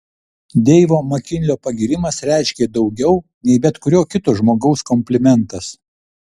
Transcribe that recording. deivo makinlio pagyrimas reiškė daugiau nei bet kurio kito žmogaus komplimentas